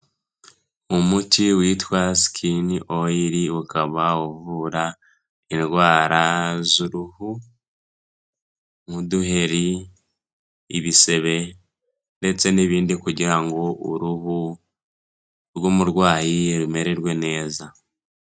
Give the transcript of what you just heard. Umuti witwa sikini oyiri ukaba uvura indwara z'uruhu, nk'uduheri, ibisebe, ndetse n'ibindi, kugira ngo uruhu rw'umurwayi rumererwe neza.